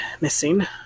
missing